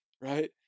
right